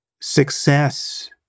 success